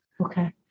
Okay